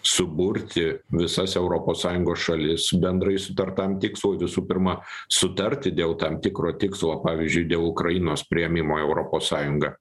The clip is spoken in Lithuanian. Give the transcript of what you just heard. suburti visas europos sąjungos šalis bendrai sutartam tikslui visų pirma sutarti dėl tam tikro tikslo pavyzdžiui dėl ukrainos priėmimo į europos sąjungą